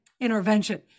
intervention